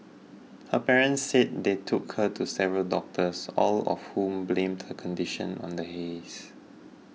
her parents said they took her to several doctors all of whom blamed her condition on the haze